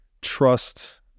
trust